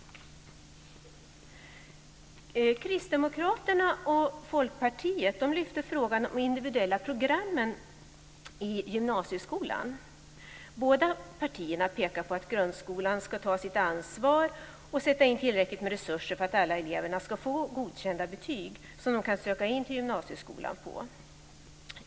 Kristdemokraterna och Folkpartiet lyfter frågan om de individuella programmen i gymnasieskolan. Båda partierna pekar på att grundskolan ska ta sitt ansvar och sätta in tillräckligt med resurser för att alla elever ska få godkända betyg som de kan söka in till gymnasieskolan på.